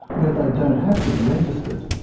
where they don't have to be registered.